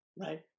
right